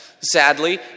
sadly